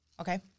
Okay